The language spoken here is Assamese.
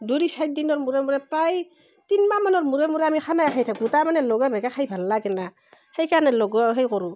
দুই চাৰদিনৰ মূৰে মূৰে প্ৰায় তিনিমাহমানৰ মূৰে মূৰে আমি খানাই খাই থাকোঁ তাৰমানে লগে ভাগে খাই ভাল লাগে না সেইকাৰণে লগ হৈ সেই কৰোঁ